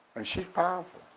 and she's powerful,